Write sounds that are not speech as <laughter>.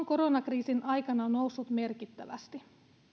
<unintelligible> koronakriisin aikana merkittävästi